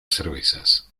cervezas